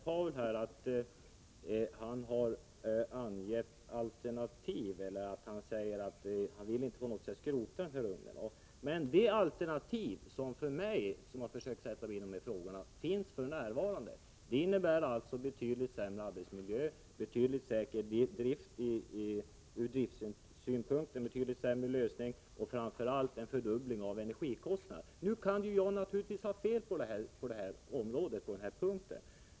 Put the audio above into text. Paul Lestander säger vidare att han inte på något sätt vill skrota den här ugnen, men för mig som har försökt sätta mig in i de här frågorna förefaller de alternativ som finns för närvarande innebära betydligt sämre arbetsmiljö, betydligt sämre lösningar ur driftsynpunkt och framför allt en fördubbling av energikostnaderna. Nu kan jag naturligtvis ha fel på denna punkt.